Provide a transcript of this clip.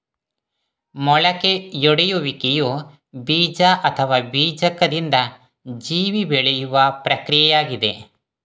ಮೊಳಕೆಯೊಡೆಯುವಿಕೆಯು ಬೀಜ ಅಥವಾ ಬೀಜಕದಿಂದ ಜೀವಿ ಬೆಳೆಯುವ ಪ್ರಕ್ರಿಯೆಯಾಗಿದೆ